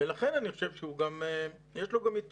יש לזה גם יתרונות.